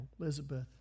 Elizabeth